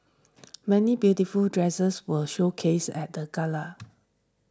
many beautiful dresses were showcased at the gala